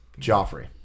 Joffrey